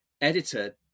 editor